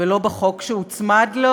ולא בחוק שהוצמד לו.